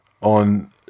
on